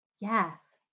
Yes